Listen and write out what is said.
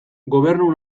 gobernu